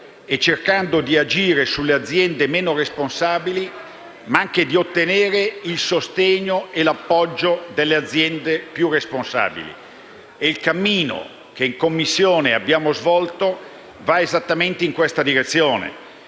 e cercando di agire sulle aziende meno responsabili e di ottenere il sostegno e l'appoggio delle aziende più responsabili, e il cammino che in Commissione abbiamo svolto va esattamente in questa direzione.